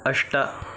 अष्ट